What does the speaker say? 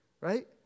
right